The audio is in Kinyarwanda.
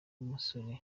umusore